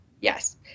Yes